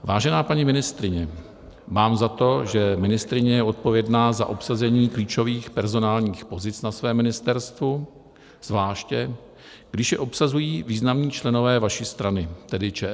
Vážená paní ministryně, mám za to, že ministryně je odpovědná za obsazení klíčových personálních pozic na svém ministerstvu, zvláště když je obsazují významní členové vaší strany, tedy ČSSD.